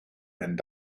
and